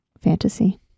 fantasy